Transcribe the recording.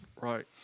Right